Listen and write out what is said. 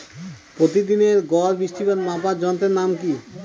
প্রতিদিনের গড় বৃষ্টিপাত মাপার যন্ত্রের নাম কি?